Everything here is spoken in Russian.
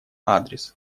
адрес